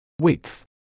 width